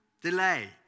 Delay